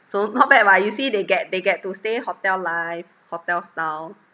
so not bad [what] you see they get they get to stay hotel life hotel style